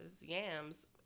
yams